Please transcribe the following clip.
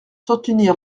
soutenir